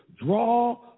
draw